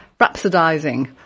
Rhapsodizing